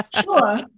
Sure